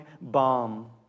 bomb